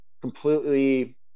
completely